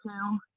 two